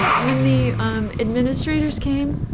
when the um administrators came,